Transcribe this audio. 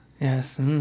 Yes